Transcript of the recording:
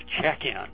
check-in